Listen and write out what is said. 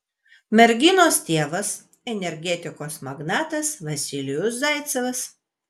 merginos tėvas energetikos magnatas vasilijus zaicevas